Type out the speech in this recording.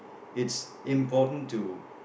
it's important to